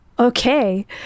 okay